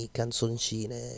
canzoncine